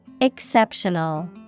Exceptional